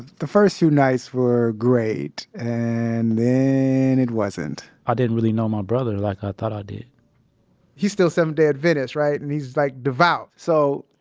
the first few nights were great and then and it wasn't i didn't really know my brother like i thought i did he's still seventh day adventist. right? and he's like devout. so,